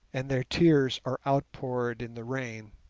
and their tears are outpoured in the rain